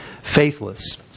faithless